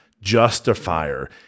justifier